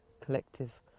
collective